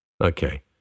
Okay